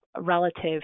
relative